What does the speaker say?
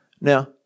Now